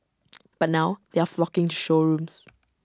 but now they are flocking showrooms